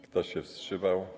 Kto się wstrzymał?